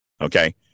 okay